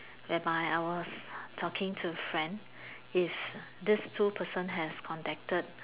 whereby I was talking to friend it's these two person has contacted